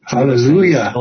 Hallelujah